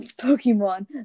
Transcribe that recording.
Pokemon